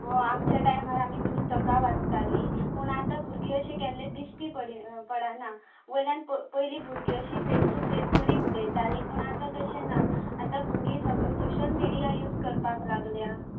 हय आमचे टायमार आमी पुस्तकां वाचताली पूण आता भुरगीं अशें केल्ले दिश्टी पडना वयल्यान पयली भुरगीं अशीं फेस टू फेस बरी उलयताली पूण आता तशें ना आतां भुरगीं सोशल मिडिया यूज करपाक लागल्या